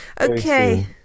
Okay